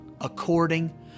according